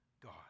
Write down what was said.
God